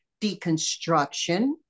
deconstruction